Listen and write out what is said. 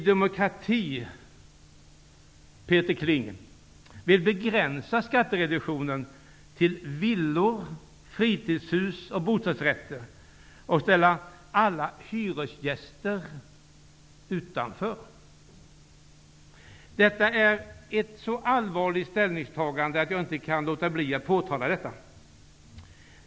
Det är ett så allvarligt ställningstagande att jag inte kan låta bli att påtala detta.